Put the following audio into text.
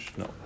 no